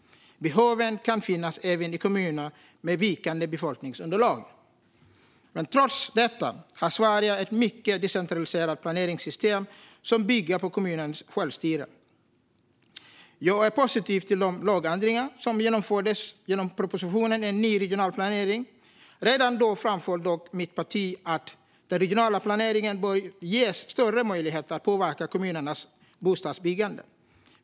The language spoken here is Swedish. Behoven kan finnas även i kommuner med vikande befolkningsunderlag. Men trots detta har Sverige ett mycket decentraliserat planeringssystem som bygger på kommunernas självstyre. Jag är positiv till de lagändringar som genomfördes genom propositionen En ny regional planering . Redan då framförde dock mitt parti att den regionala planeringen bör ges större möjlighet att påverka kommunernas bostadsbyggande.